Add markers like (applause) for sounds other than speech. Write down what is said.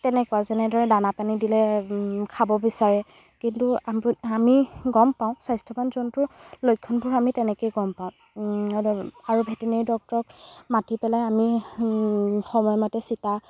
তেনেকুৱা যেনেদৰে দানা পানী দিলে খাব বিচাৰে কিন্তু (unintelligible) আমি গম পাওঁ স্বাস্থ্যবান জন্তুৰ লক্ষণবোৰ আমি তেনেকে গম পাওঁ আৰু ভেটেনাৰি ডক্টৰক মাতি পেলাই আমি সময়মতে চিটা